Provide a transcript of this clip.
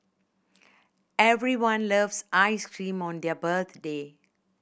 everyone loves ice cream on their birthday